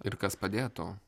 ir kas padėtų